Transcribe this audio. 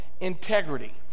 integrity